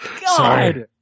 God